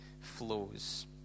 flows